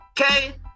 Okay